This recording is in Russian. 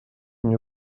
мне